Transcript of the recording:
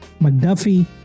McDuffie